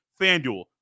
Fanduel